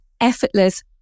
effortless